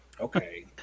Okay